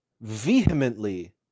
vehemently